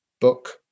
book